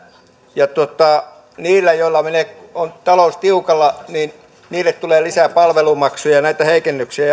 ja niille joilla on talous tiukalla tulee lisää palvelumaksuja ja näitä heikennyksiä